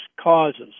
causes